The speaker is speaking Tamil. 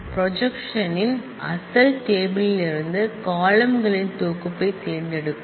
ப்ரொஜெக்க்ஷன் னது அசல் டேபிள் லிருந்து காலம்ன் களின் செட்டை தேர்ந்தெடுக்கும்